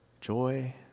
joy